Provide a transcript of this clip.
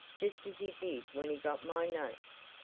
just as he did when he got my notes.